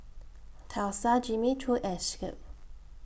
Tesla Jimmy Choo and Schick